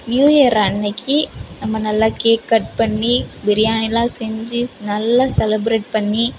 new year அன்னக்கு நம்ம நல்லா கேக் கட் பண்ணி பிரியாணிலாம் செஞ்சு நல்ல செலபிரேட் பண்ணி